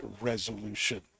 resolution